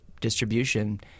distribution